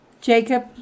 Jacob